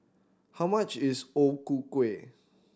how much is O Ku Kueh